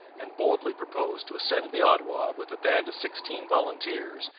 and boldly proposed to ascend the ottawa, with a band of sixteen volunteers,